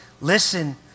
Listen